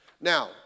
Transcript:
Now